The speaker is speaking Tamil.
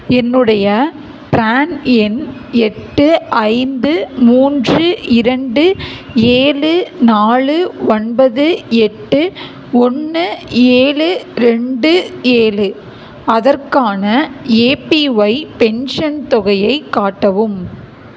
என்னுடைய பிரான் எண் எட்டு ஐந்து மூன்று இரண்டு ஏழு நாலு ஒன்பது எட்டு ஒன்று ஏழு ரெண்டு ஏழு அதற்கான ஏபிஒய் பென்ஷன் தொகையைக் காட்டவும்